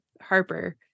harper